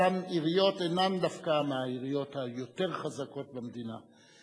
אותן עיריות אינן דווקא מהעיריות היותר חזקות במדינה.